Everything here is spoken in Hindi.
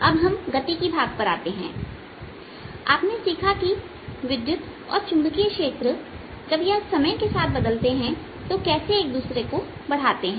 अब हम गतिशील भाग पर आते हैं और आपने सीखा कि विद्युत और चुंबकीय क्षेत्र जब यह समय के साथ बदलते हैं तो कैसे एक दूसरे को बढ़ाते हैं